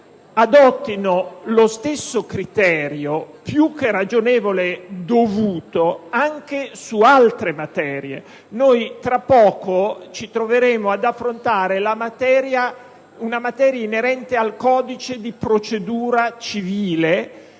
adottino lo stesso criterio - più che ragionevole, dovuto - anche su altre materie. Tra poco ci troveremo ad affrontare una materia inerente al codice di procedura civile,